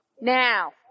Now